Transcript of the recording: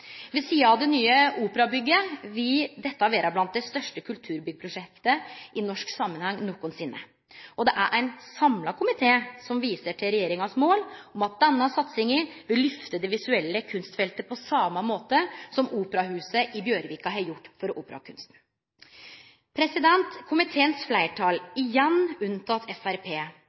Ved sidan av det nye operabygget vil dette vere blant dei største kulturbyggprosjekta i norsk samanheng nokosinne, og det er ein samla komité som viser til regjeringas mål om at denne satsinga vil lyfte det visuelle kunstfeltet på same måte som operahuset i Bjørvika har lyfta operakunsten. Komiteens fleirtal, igjen